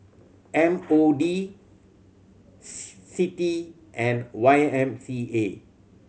M O D C D and Y M C A